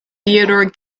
theodore